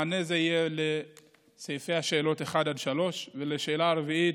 מענה זה הוא לסעיפי השאלות 1 עד 3. לשאלה הרביעית,